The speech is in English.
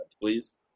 please